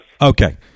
Okay